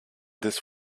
this